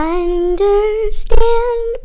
understand